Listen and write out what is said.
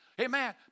Amen